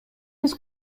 биз